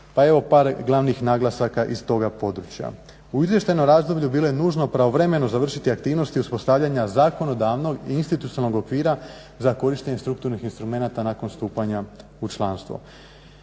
pa evo par glavnih naglasaka iz toga područja. U izvještajnom razdoblju bilo je nužno pravovremeno završiti aktivnosti uspostavljanja zakonodavnog i institucionalnog okvira za korištenje strukturnih instrumenata nakon stupanja u članstvo.